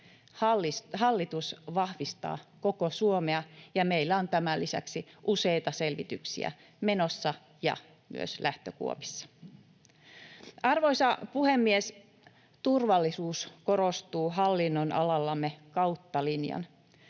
Hallitus vahvistaa koko Suomea, ja meillä on tämän lisäksi useita selvityksiä menossa ja myös lähtökuopissa. Arvoisa puhemies! Turvallisuus korostuu hallinnonalallamme kautta linjan.